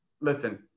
listen